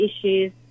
issues